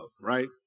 right